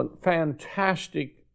fantastic